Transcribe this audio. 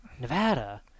Nevada